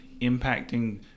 impacting